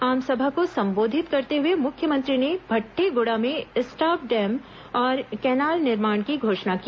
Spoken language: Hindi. आमसभा को संबोधित करते हुए मुख्यमंत्री ने भट्टीगुड़ा में स्टाप डैम और केनाल निर्माण की घोषणा की